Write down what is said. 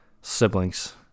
siblings